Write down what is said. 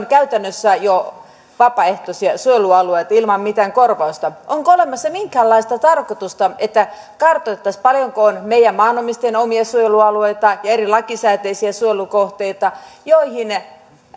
käytännössä jo vapaaehtoisia suojelualueita ilman mitään korvausta onko olemassa minkäänlaista tarkoitusta että kartoitettaisiin paljonko on maanomistajien omia suojelualueita ja eri lakisääteisiä suojelukohteita joihin